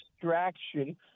distraction